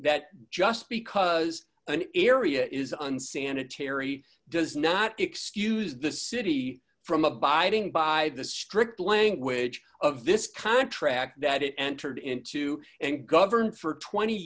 that just because an area is unsanitary does not excuse the city from abiding by the strict language of this contract that it entered into and governed for twenty